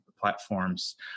platforms